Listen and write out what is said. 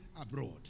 abroad